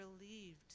relieved